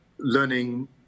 learning